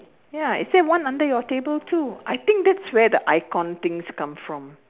ya is there one under your table too I think that's where the icon things come from